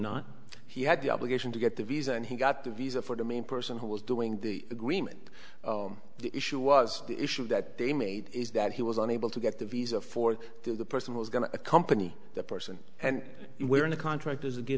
not he had the obligation to get the visa and he got the visa for the main person who was doing the agreement the issue was the issue that they made is that he was unable to get the visa for the person who's going to accompany the person and where in the contract